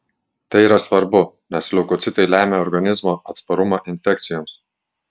tai yra svarbu nes leukocitai lemia organizmo atsparumą infekcijoms